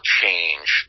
change